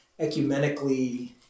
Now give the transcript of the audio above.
ecumenically